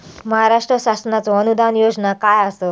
महाराष्ट्र शासनाचो अनुदान योजना काय आसत?